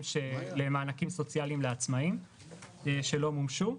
למענקים סוציאליים לעצמאים שלא מומשו,